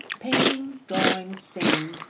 painting, drawing, singing,